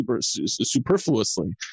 superfluously